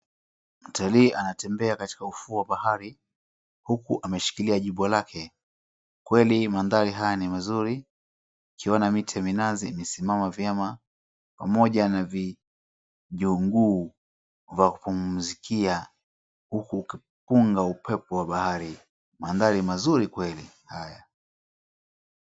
Mtalii anatembea katika ufuo wa bahari huku ameshikilia jibwa lake, kweli mandhari haya ni mazuri ikiwa na miti ya minazi imesimama vyema pamoja na vijunguu vya kupumzikia huku ukipunga upepo wa bahari, mandhari mazuri kweli haya.